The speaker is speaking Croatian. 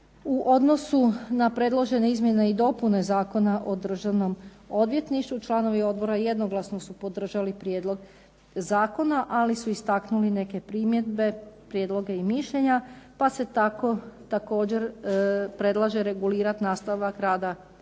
U odnosu na predložene izmjene i dopune Zakona o Državnom odvjetništvu članovi odbora jednoglasno su podržali prijedlog zakona, ali su istaknuli neke primjedbe, prijedloge i mišljenja pa se tako također predlaže regulirati nastavak rada imenovanog